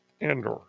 Andor